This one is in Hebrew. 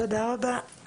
תודה רבה.